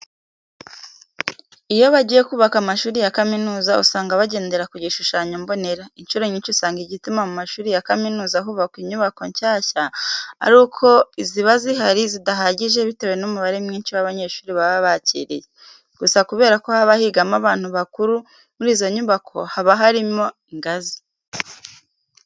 Iyo bagiye kubaka amashuri ya kaminuza usanga bagendera ku gishushanyo mbonera. Incuro nyinshi usanga igituma mu mashuri ya za kaminuza hubakwa inyubako nshyashya, ari uko iziba zihari zidahagije bitewe n'umubare mwinshi w'abanyeshuri baba bakiriye. Gusa kubera ko haba higamo abantu bakuru muri izo nyubako haba harimo ingazi.